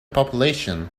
population